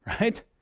right